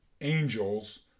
angels